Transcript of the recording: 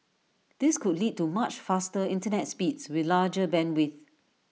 this could lead to much faster Internet speeds with larger bandwidths